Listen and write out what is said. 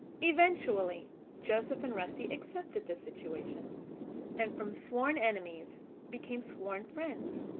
eventually joseph and rusty accepted the situation and from sworn enemies became sworn friends.